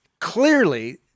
Clearly